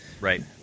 right